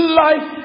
life